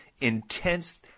intense